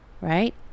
right